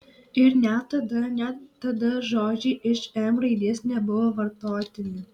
ir net tada net tada žodžiai iš m raidės nebuvo vartotini